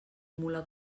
mula